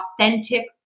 authentic